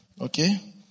okay